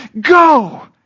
Go